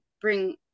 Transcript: bring